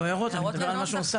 לא הערות, אני מדבר על משהו נוסף.